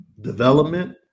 development